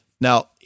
Now